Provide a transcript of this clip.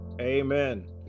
Amen